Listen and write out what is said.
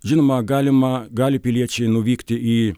žinoma galima gali piliečiai nuvykti į